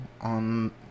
on